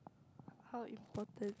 how important